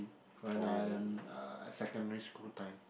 when I'm uh secondary school time